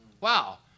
Wow